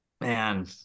Man